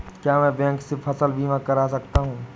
क्या मैं बैंक से फसल बीमा करा सकता हूँ?